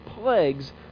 plagues